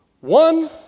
one